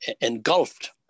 engulfed